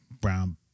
brown